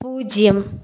പൂജ്യം